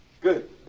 Good